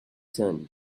turn